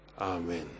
Amen